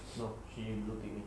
no she blue tick me